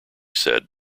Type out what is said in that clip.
said